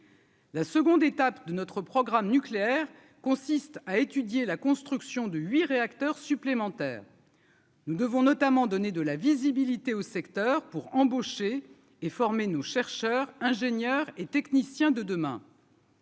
La seconde étape de notre programme nucléaire consiste à étudier la construction de 8 réacteurs supplémentaires. Nous devons notamment donner de la visibilité au secteur pour embaucher et former nos chercheurs, ingénieurs et techniciens de demain.